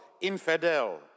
infidel